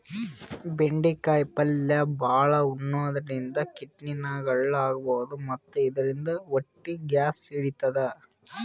ಬೆಂಡಿಕಾಯಿ ಪಲ್ಯ ಭಾಳ್ ಉಣಾದ್ರಿನ್ದ ಕಿಡ್ನಿದಾಗ್ ಹಳ್ಳ ಆಗಬಹುದ್ ಮತ್ತ್ ಇದರಿಂದ ಹೊಟ್ಟಿ ಗ್ಯಾಸ್ ಹಿಡಿತದ್